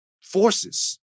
forces